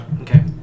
Okay